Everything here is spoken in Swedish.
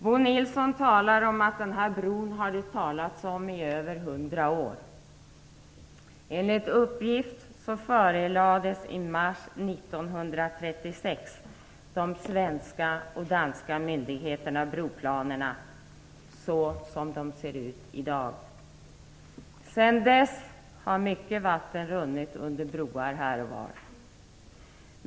Bo Nilsson säger att den här bron har det talats om i över hundra år. Enligt uppgift förelades i mars 1936 de svenska och danska myndigheterna broplanerna så som de ser ut i dag. Sedan dess har mycket vatten runnit under broar här och var.